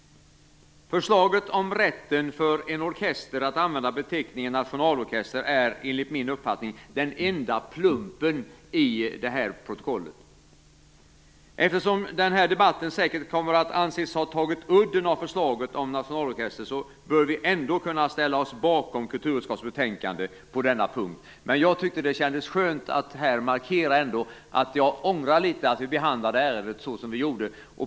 Förslaget om rätten för en orkester att använda beteckningen nationalorkester är enligt min uppfattning den enda plumpen i protokollet. Eftersom debatten säkert kommer att anses ha tagit udden av förslaget om nationalorkester bör vi ändå kunna ställa oss bakom kulturutskottets betänkande på denna punkt. Jag tyckte ändå det kändes skönt att markera att jag ångrar litet att vi behandlade ärendet så som vi gjorde.